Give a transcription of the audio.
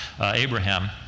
Abraham